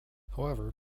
however